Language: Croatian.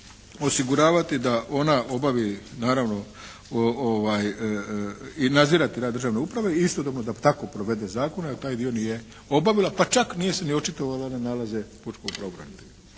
osiguravati da ona obavi naravno i nadzirati rad državne uprave i istodobno da tako provede zakone a taj dio nije obavila pa čak nije se ni očitovala na nalaze pučkog pravobranitelja.